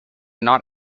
not